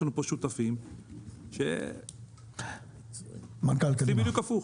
יש לנו פה שותפים שעושים בדיוק הפוך.